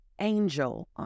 angel